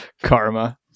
Karma